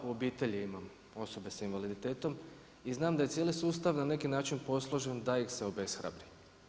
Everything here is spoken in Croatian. U obitelji imam osobe s invaliditetom i znam da je cijeli sustav na neki način posložen da ih se obeshrabri.